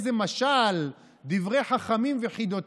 הממשלה, האנשים שלה לא עשו כלום.